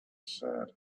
said